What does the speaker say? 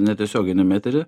netiesioginiam etery